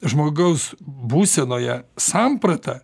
žmogaus būsenoje sampratą